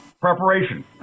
preparation